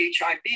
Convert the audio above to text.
HIV